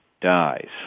Dies